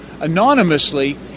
anonymously